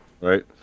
Right